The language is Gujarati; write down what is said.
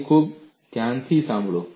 અને ખૂબ ધ્યાનથી સાંભળો